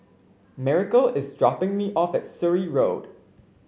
Miracle is dropping me off at Surrey Road